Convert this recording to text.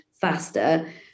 faster